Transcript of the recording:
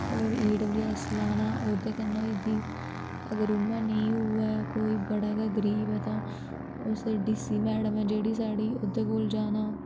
होर E W S लाना ओह्दे कन्नै होई जंदी अगर उ'यां नेईं होऐ कोई बड़ा गै गरीब ऐ तां ओह् डी सी मैडम ऐ जेह्ड़ी साढ़ी ओह्दे कोल जाना